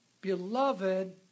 beloved